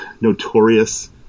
notorious